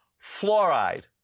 Fluoride